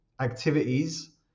activities